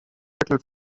little